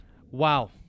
Wow